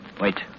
Wait